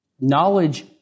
knowledge